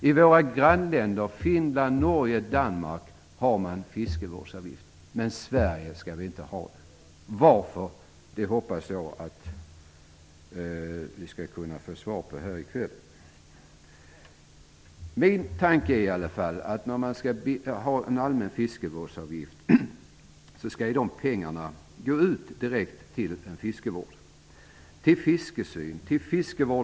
I våra grannländer Finland, Norge och Danmark finns det fiskevårdsavgifter. Men i Sverige skall de inte finnas. Varför? Jag hoppas att vi skall få svar på den frågan i kväll. Min tanke med en allmän fiskevårdsavgift är att pengarna skall gå direkt till fiskevård i hav och insjöar.